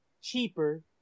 cheaper